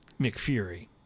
McFury